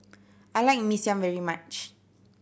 I like Mee Siam very much